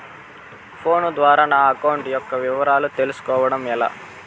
Phone ద్వారా నా account యొక్క వివరాలు తెలుస్కోవడం ఎలా?